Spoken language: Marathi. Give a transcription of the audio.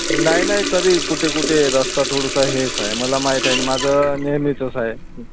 नाही नाही तरी कुठे कुठे रस्ता थोडासा हेच आहे मला माहीत आहे ना माझं नेहमीचंच आहे